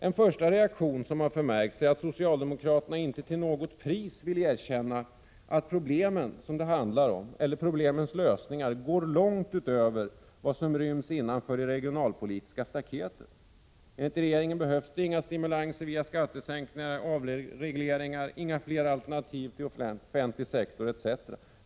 En första reaktion som har förmärkts är att socialdemokraterna inte till något pris vill erkänna att problemen som det handlar om eller deras lösningar går långt utöver vad som ryms innanför det regionalpolitiska staketet. Enligt regeringen behövs inga stimulanser via skattesänkningar, avregleringar, inga fler alternativ till offentlig sektor etc.